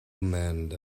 mend